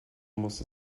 muss